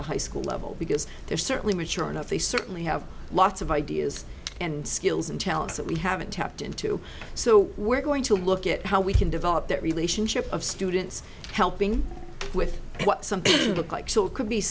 the high school level because they're certainly mature enough they certainly have lots of ideas and skills and talents that we haven't tapped into so we're going to look at how we can develop that relationship of students helping with what something looks like so it could be